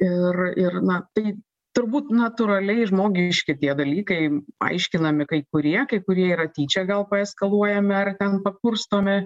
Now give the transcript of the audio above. ir ir na tai turbūt natūraliai žmogiški tie dalykai aiškinami kai kurie kai kurie yra tyčia gal paeskaluojami ar ten pakurstomi